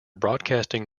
broadcasting